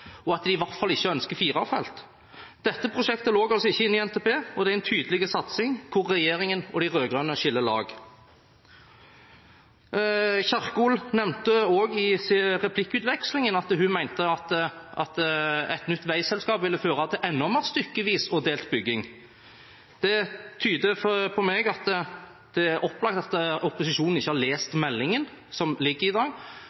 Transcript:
og at de i hvert fall ikke ønsker fire felt. Dette prosjektet lå altså ikke inne i NTP, og det er en tydelig satsing hvor regjeringen og de rød-grønne skiller lag. Kjerkol nevnte også i replikkutvekslingen at et nytt veiselskap ville føre til en enda mer stykkevis og delt bygging. Det tyder for meg på at det er opplagt at opposisjonen ikke har lest meldingen som ligger